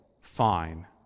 fine